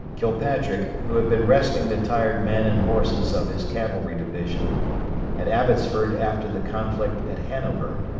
kilpatrick, who had been resting the tired men and horses of his cavalry division at abbotsford after the conflict at hanover,